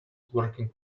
working